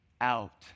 out